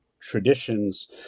traditions